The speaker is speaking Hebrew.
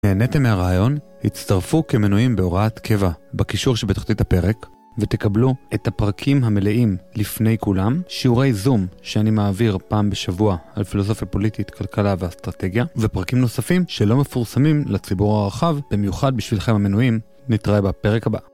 נהנתם מהרעיון, הצטרפו כמנויים בהוראת קבע בקישור שבתחתית הפרק ותקבלו את הפרקים המלאים לפני כולם, שיעורי זום שאני מעביר פעם בשבוע על פילוסופיה פוליטית, כלכלה ואסטרטגיה, ופרקים נוספים שלא מפורסמים לציבור הרחב, במיוחד בשבילכם המנויים. נתראה בפרק הבא.